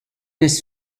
his